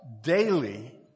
daily